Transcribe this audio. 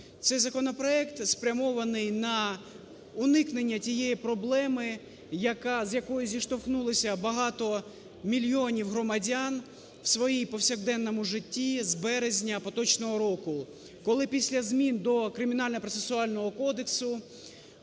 Цей законопроект спрямований на уникнення тієї проблеми, з якою зіштовхнулися багато мільйонів громадян у своєму повсякденному житті з березня поточного року, коли після змін до Кримінально-процесуального кодексу